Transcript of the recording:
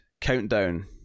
Countdown